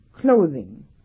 clothing